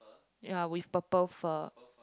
ya with purple fur